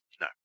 no